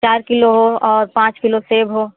चार किलो हो और पाँच किलो सेब हो